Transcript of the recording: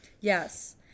Yes